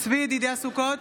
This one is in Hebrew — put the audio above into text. צבי ידידיה סוכות,